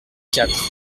quatre